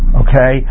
okay